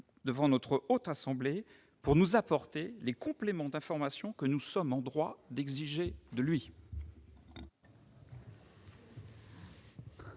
devant notre assemblée, pour nous apporter les compléments d'information que nous sommes en droit d'exiger de lui.